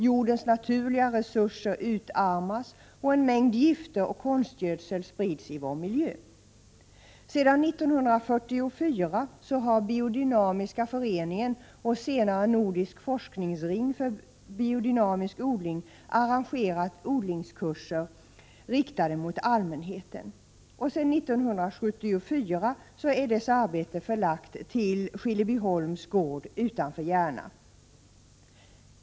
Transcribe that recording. Jordens naturliga resurser utarmas, och en mängd gifter och konstgödsel sprids i vår miljö. Sedan 1944 har Biodynamiska föreningen och senare också Nordisk forskningsring för biodynamisk odling arrangerat odlingskurser, riktade till allmänheten. Sedan 1974 är arbetet förlagt till Skillebyholms gård utanför Järna.